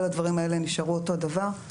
כל הדברים האלה נשארו אותו דבר?